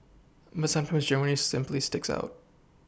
but sometimes Germany simply sticks out